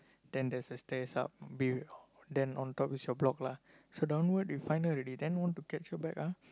then there's a stairs up be~ then on top is your block lah so downward we find her already then want to catch her back ah